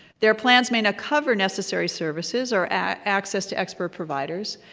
their plans may not cover necessary services or access to expert providers,